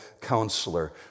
Counselor